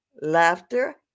Laughter